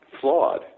flawed